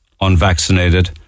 unvaccinated